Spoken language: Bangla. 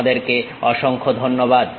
তোমাদেরকে অসংখ্য ধন্যবাদ